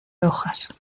hojas